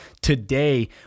today